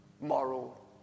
moral